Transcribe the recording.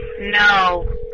No